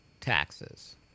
taxes